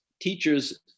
teachers